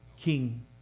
king